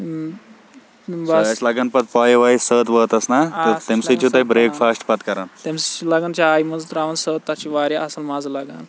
تمہِ سۭتۍ چھِ لَگان چایہِ منٛز تَراوان سٔت تَتھ چھِ وارِیاہ آسان مَزٕ لَگان